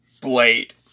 Blade